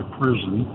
prison